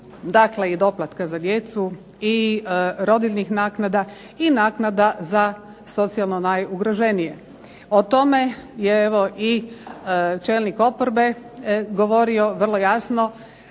Dakle, i doplatka za djecu i rodiljnih naknada i naknada za socijalno najugroženije. O tome je evo i čelnik oporbe govorio vrlo jasno